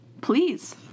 Please